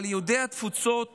אבל יהודי התפוצות